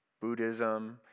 Buddhism